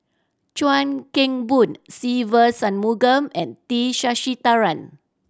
Chuan Keng Boon Se Ve Shanmugam and T Sasitharan